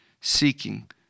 seeking